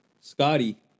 Scotty